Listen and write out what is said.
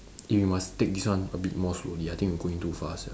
we must take this one a bit more slowly I think we going too fast sia